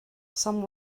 some